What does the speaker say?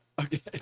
Okay